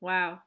Wow